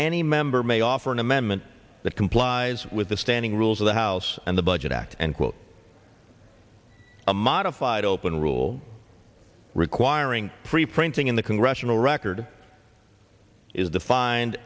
any member may offer an amendment that complies with the standing rules of the house and the budget act and quote a modified open rule requiring pre printing in the congressional record is defined